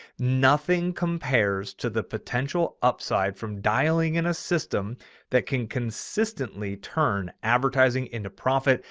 nothing compares to the potential upside from dialing in a system that can consistently turn advertising into profit.